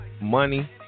money